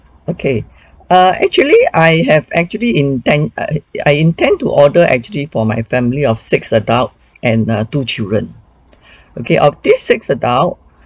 okay err actually I have actually intend err I intend to order actually for my family of six adults and err two children okay of this six adult